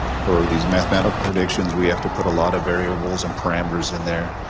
for these mathematical predictions we have to put a lot of variables and parameters in there.